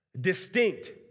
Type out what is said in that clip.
Distinct